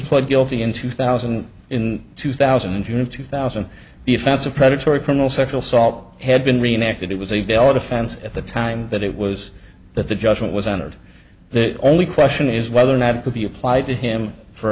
pled guilty in two thousand in two thousand and three of two thousand the offense of predatory criminal sexual salt had been reenacted it was a valid offense at the time that it was that the judgment was entered the only question is whether or not it could be applied to him for